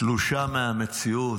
תלושה מהמציאות,